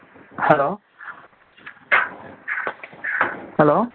hello hello